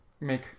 make